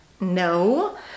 No